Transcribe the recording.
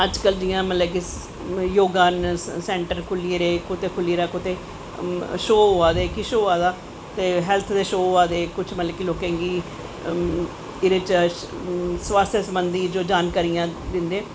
अज्ज कल मतलव कि जियां योगा सैंटर खुल्ली गेदे न कुतै खुल्ली दा कुतै शोह् होआ दे कुश होआ दा हैल्थ दे शो होआ दे ते कुश लोकें गी मतलव कि एह्दे स्वास्थ्य संबंध् जानकारियां जो दिंदे